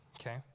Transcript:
Okay